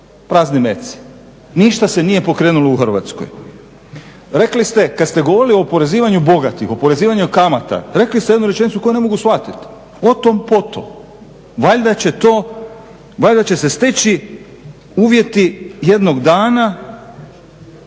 prazni metci. Ništa se nije pokrenulo u Hrvatskoj. Rekli ste, kada ste govorili o oporezivanju bogatih, oporezivanju kamata, rekli ste jednu rečenicu koju ne mogu shvatiti. O tom, potom. Valjda će se steći uvjeti jednog dana.